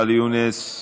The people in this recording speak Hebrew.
ואאל יונס,